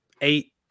eight